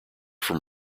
from